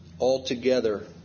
altogether